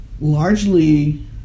largely